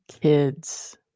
kids